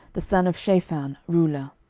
the son of shaphan, ruler.